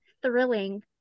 thrilling